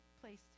place